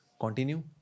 continue